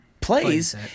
plays